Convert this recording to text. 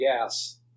gas